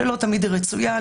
שלא תמיד היא רצויה,